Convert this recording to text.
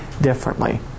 differently